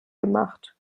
gemacht